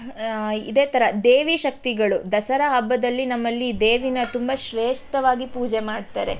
ಇದೇ ಥರ ದೇವಿ ಶಕ್ತಿಗಳು ದಸರ ಹಬ್ಬದಲ್ಲಿ ನಮ್ಮಲ್ಲಿ ದೇವಿನ ತುಂಬ ಶ್ರೇಷ್ಠವಾಗಿ ಪೂಜೆ ಮಾಡ್ತಾರೆ